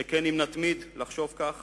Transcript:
שכן אם נתמיד לחשוב כך